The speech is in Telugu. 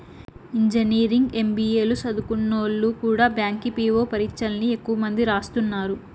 ఇంజనీరింగ్, ఎం.బి.ఏ లు సదుంకున్నోల్లు కూడా బ్యాంకి పీ.వో పరీచ్చల్ని ఎక్కువ మంది రాస్తున్నారు